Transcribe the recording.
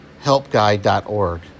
helpguide.org